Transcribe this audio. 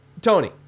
Tony